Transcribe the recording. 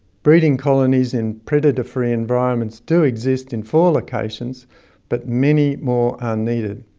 breeding colonies in predator-free environments do exist in four locations but many more are needed.